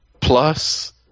plus